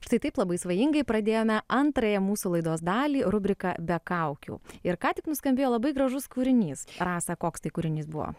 štai taip labai svajingai pradėjome antrąją mūsų laidos dalį rubriką be kaukių ir ką tik nuskambėjo labai gražus kūrinys rasa koks tai kūrinys buvo